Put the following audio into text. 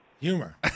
humor